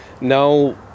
now